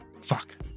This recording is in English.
Fuck